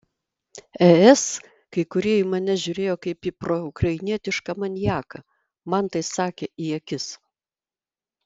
es kai kurie į mane žiūrėjo kaip ir proukrainietišką maniaką man tai sakė į akis